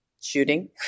shooting